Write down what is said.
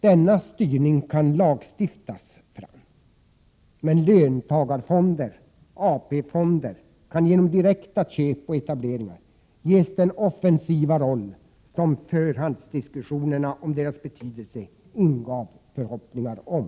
Denna styrning kan lagstiftas fram. Löntagarfonder och AP-fonder kan genom direkta köp och etableringar ges den offensiva roll som förhandsdiskussionerna om deras betydelse ingav förhoppningar om.